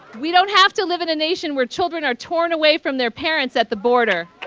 we don't have to live in a nation where children are torn away from their parents at the border